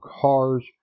cars